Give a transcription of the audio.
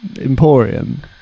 emporium